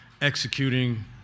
executing